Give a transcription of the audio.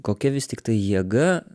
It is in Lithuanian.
kokia vis tiktai jėga